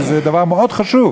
שזה דבר מאוד חשוב,